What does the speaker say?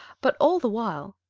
but all the while,